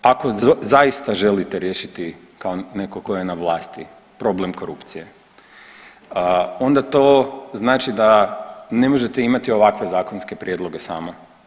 Ako zaista želite riješiti kao netko tko je na vlasti problem korupcije, onda to znači da ne možete imati ovakve zakonske prijedloge samo.